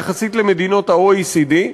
יחסית למדינות ה-OECD,